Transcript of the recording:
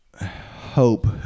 hope